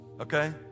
okay